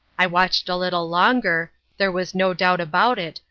i watched a little longer there was no doubt about it,